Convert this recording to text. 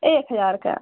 एक हज़ार का